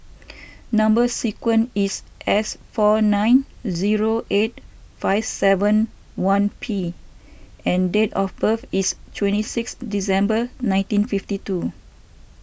Number Sequence is S four nine zero eight five seven one P and date of birth is twenty six December nineteen fifty two